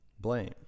blame